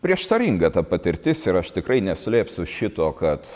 prieštaringa ta patirtis ir aš tikrai neslėpsiu šito kad